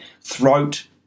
throat